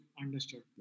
understood